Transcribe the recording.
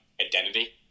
identity